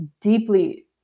deeply